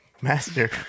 Master